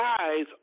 eyes